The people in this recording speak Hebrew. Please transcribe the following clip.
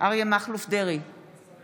אריה מכלוף דרעי,